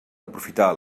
aprofitar